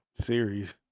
Series